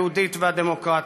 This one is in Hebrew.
היהודית והדמוקרטית.